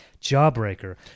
Jawbreaker